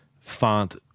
Font